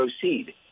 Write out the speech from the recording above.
proceed